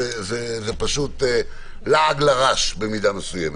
זה פשוט לעג לרש במידה מסוימת.